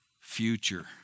future